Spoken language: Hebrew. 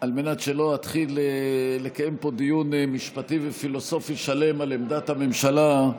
על מנת שלא אתחיל לקיים פה דיון משפטי ופילוסופי שלם על עמדת הממשלה,